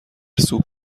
سوپ